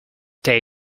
day